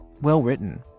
well-written